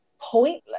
pointless